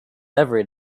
every